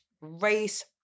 Race